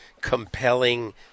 compelling